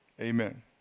Amen